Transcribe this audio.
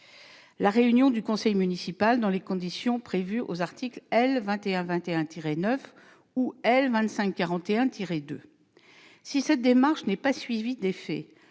la réunion du conseil municipal dans les conditions prévues aux articles L. 2121-9 ou L. 2541-2 du CGCT. Si cette démarche n'est pas suivie d'effet,